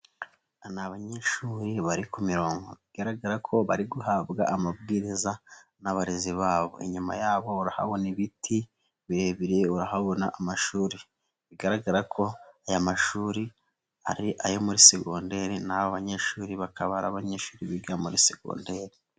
Ni abanyeshuri bari ku bigaragara ko bari guhabwa amabwiriza n'abarezi babo. Inyuma yabo urahabona ibiti birebire, urahabona amashuri. Bigaragara ko aya mashuri ari ayo muri segonderi n'abanyeshuri bakaba ari abanyeshuri biga muri segonderi.